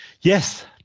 yes